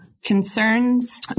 concerns